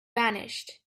vanished